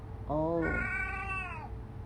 oh